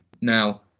Now